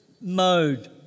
mode